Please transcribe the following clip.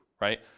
right